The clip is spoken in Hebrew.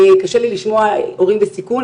קשה לי לשמוע הורים בסיכון,